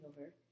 over